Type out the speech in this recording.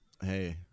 Hey